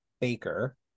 Baker